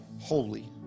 Holy